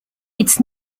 its